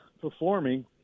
performing